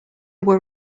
were